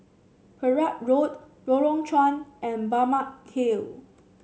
Perak Road Lorong Chuan and Balmeg Hill